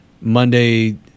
Monday